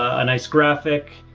a nice graphic,